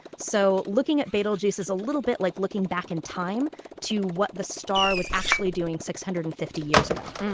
so looking at betelgeuse is a little bit like looking back in time to what the star was actually doing six hundred and fifty years ago.